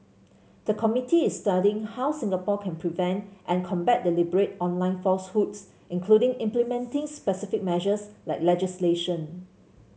the committee is studying how Singapore can prevent and combat deliberate online falsehoods including implementing specific measures like legislation